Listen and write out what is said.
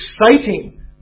exciting